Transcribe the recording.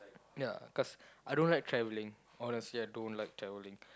ya cause I don't like travelling honestly I don't like travelling